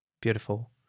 Beautiful